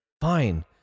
Fine